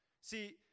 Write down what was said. See